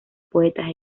poetas